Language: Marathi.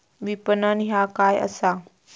विपणन ह्या काय असा?